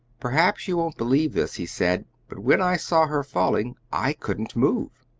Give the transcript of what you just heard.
perhaps you won't believe this, he said, but when i saw her falling i couldn't move.